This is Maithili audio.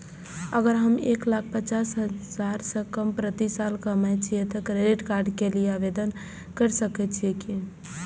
अगर हम एक लाख पचास हजार से कम प्रति साल कमाय छियै त क्रेडिट कार्ड के लिये आवेदन कर सकलियै की?